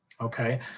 Okay